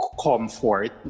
comfort